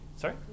sorry